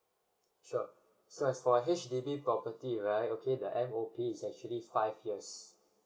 so so as for H_D_B property right okay the M_O_P is actually five years